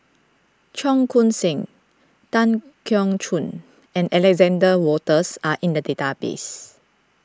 Cheong Koon Seng Tan Keong Choon and Alexander Wolters are in the database